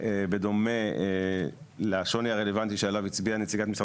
ובדומה לשוני הרלוונטי שעליו הצביעה נציגת משרד